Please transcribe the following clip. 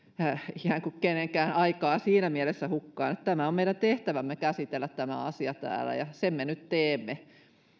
ikään kuin kenenkään aikaa siinä mielessä hukkaan on meidän tehtävämme käsitellä tämä asia täällä ja sen me nyt teemme